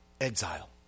exile